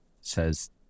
says